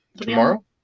tomorrow